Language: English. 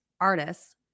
artists